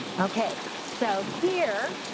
okay so here